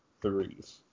threes